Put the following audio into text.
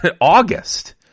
August